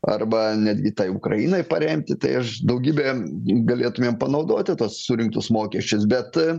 arba netgi tai ukrainai paremti tai aš daugybę galėtumėm panaudoti tuos surinktus mokesčius bet